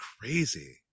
crazy